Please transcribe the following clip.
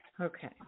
Okay